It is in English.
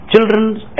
Children's